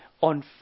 on